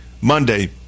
Monday